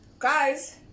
Guys